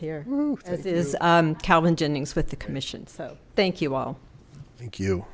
here is calvin jennings with the commission so thank you all thank you